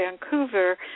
Vancouver